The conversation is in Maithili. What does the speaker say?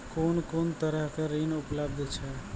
कून कून तरहक ऋण उपलब्ध छै?